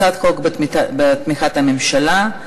הצעת חוק בתמיכת הממשלה.